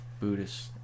Buddhist